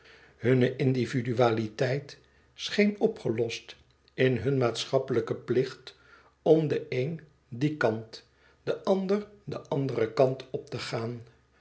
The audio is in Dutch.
hunne individualiteit scheen opgelost in hunne maatschappelijke plicht om de een dien kant de ander den anderen kant op te gaan